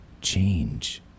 change